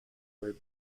were